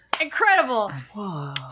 Incredible